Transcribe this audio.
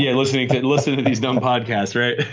yeah listening listening to these dumb podcasts, right?